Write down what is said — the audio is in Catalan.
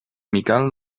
miquel